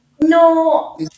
No